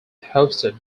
hosted